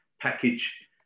package